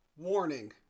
Warning